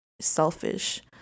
selfish